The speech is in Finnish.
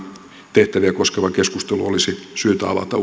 tehtäviä koskeva keskustelu olisi syytä avata